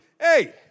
hey